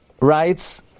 writes